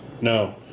no